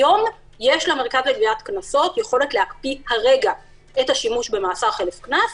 היום יש למרכז לגביית קנסות יכולת להקפיא הרגע את השימוש במאסר חלף קנס,